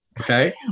Okay